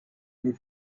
nous